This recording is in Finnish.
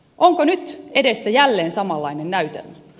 onko nyt edessä jälleen samanlainen näytelmä